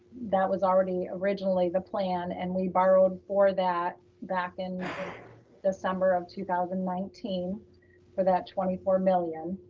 that was already originally the plan, and we borrowed for that back in the summer of two thousand and nineteen for that twenty four million.